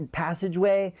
passageway